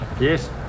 Yes